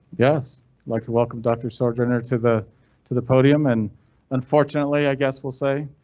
yes like to welcome doctor sojourner to the to the podium, and unfortunately, i guess we'll say